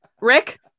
Rick